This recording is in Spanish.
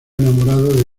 enamorado